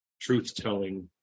truth-telling